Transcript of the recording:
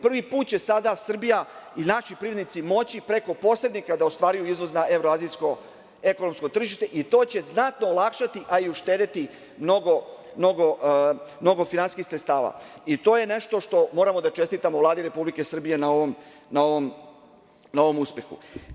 Prvi put će sada Srbija i naši privrednici moći preko posrednika da ostvaruju izvozna evroazijsko ekonomsko tržište i to će znatno olakšati, a i uštedeti mnogo finansijskih sredstava i to je nešto što moramo da čestitamo Vladi Republike Srbije na ovom uspehu.